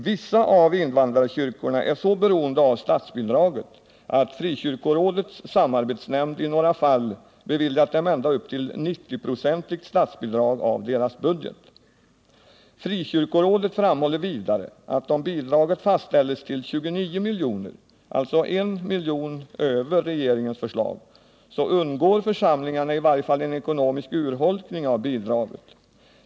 Vissa av invandrarkyrkorna är så beroende av statsbidraget att frikyrkorådets samarbetsnämnd i några fall beviljat dem ända upp till 90-procentigt statsbidrag av deras budget. Frikyrkorådet framhåller vidare att om bidraget fastställes till 29 milj.kr. — alltså 1 miljon över regeringens förslag — undgår församlingarna i varje fall en ekonomisk urholkning av bidraget.